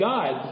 God